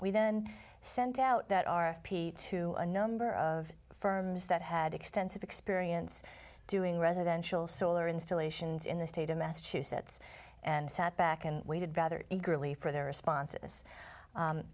we then sent out that our peak to a number of firms that had extensive experience doing residential solar installations in the state of massachusetts and sat back and waited eagerly for their responses